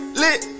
lit